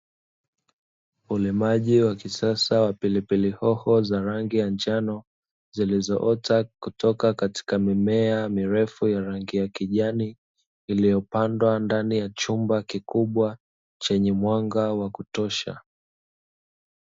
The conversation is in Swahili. Ulimaji wa kisasa wa pilipili hoho za rangi ya njano, zilizoota kutoka katika mimea mirefu ya rangi ya kijani iliyopandwa ndani ya chumba kikubwa chenye mwanga wa kutosha.